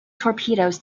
torpedoes